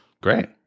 Great